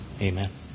amen